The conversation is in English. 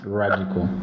radical